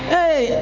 Hey